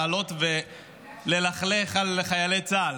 לעלות וללכלך על חיילי צה"ל.